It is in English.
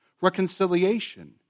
reconciliation